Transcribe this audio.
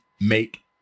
make